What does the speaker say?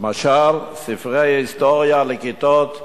למשל ספרי ההיסטוריה לכיתות ה'